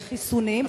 וחיסונים?